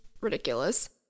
ridiculous